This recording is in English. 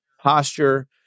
posture